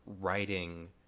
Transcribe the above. writing